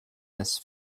this